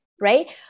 right